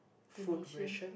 donation